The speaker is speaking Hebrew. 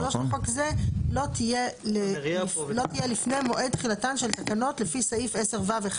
לחוק זה לא תהיה לפני מועד תחילתן של תקנות לפי סעיף 10(ו1),